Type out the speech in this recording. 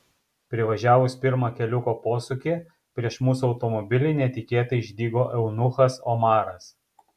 privažiavus pirmą keliuko posūkį prieš mūsų automobilį netikėtai išdygo eunuchas omaras